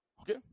Okay